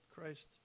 Christ